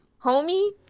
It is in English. homie